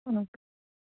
okay